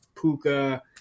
Puka